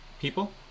people